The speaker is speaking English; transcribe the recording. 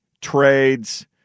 trades